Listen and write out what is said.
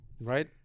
Right